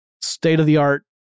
state-of-the-art